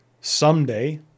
someday